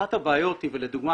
אחת הבעיות היא, ולדוגמה